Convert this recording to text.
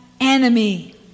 enemy